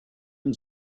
own